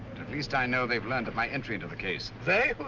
at least i know they've learned of my entry into the case. they? who